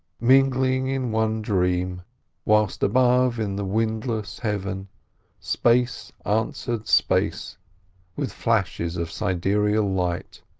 mingling in one dream whilst above in the windless heaven space answered space with flashes of siderial light,